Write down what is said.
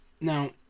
Now